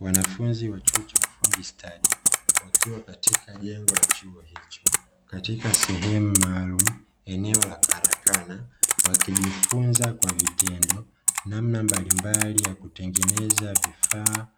Wanafunzi wa chuo cha ufundi stadi wakiwa katika jengo la chuo hicho, katika sehemu maalumu eneo la karakana, wakijifunza kwa vitendo namna mbalimbali ya kutengeneza vifaa